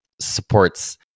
supports